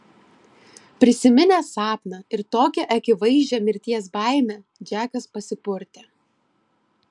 prisiminęs sapną ir tokią akivaizdžią mirties baimę džekas pasipurtė